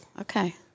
Okay